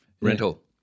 Rental